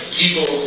people